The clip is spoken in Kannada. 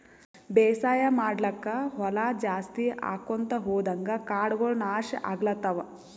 ಬೇಸಾಯ್ ಮಾಡ್ಲಾಕ್ಕ್ ಹೊಲಾ ಜಾಸ್ತಿ ಆಕೊಂತ್ ಹೊದಂಗ್ ಕಾಡಗೋಳ್ ನಾಶ್ ಆಗ್ಲತವ್